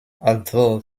although